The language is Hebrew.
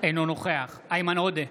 אינו נוכח איימן עודה,